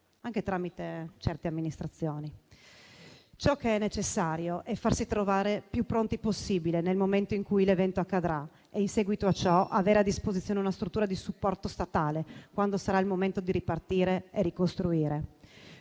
anche tramite certe amministrazioni. Ciò che è necessario è farsi trovare più pronti possibile nel momento in cui l'evento accadrà e, in seguito a ciò, avere a disposizione una struttura di supporto statale, quando sarà il momento di ripartire e ricostruire.